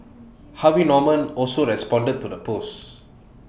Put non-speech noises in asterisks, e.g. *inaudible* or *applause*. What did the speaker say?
*noise* Harvey Norman also responded to the post